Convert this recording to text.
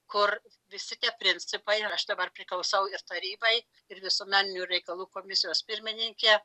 kur visi tie principai aš dabar priklausau ir tarybai ir visuomeninių reikalų komisijos pirmininkė